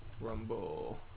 rumble